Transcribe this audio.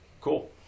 cool